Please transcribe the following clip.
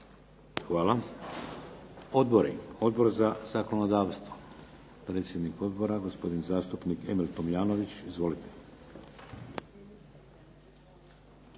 Odbori. Odbor za zakonodavstvo, predsjednik odbora gospodin zastupnik Emil Tomljanović. Izvolite.